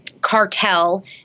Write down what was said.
cartel